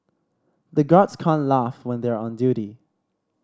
the guards can't laugh when they are on duty